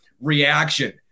reaction